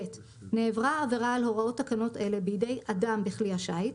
(ב) נעברה עבירה על הוראות תקנות אלה בידי אדם בכלי השיט,